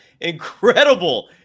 incredible